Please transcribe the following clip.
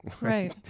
right